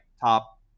top